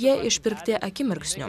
jie išpirkti akimirksniu